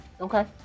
Okay